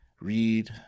read